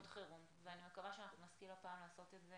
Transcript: חירום ואני מקווה שאנחנו נשכיל הפעם לעשות את זה